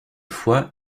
fois